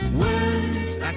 words